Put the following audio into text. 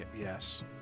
Yes